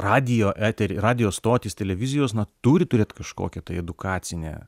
radijo eterį radijo stotys televizijos na turi turėt kažkokią tai edukacinę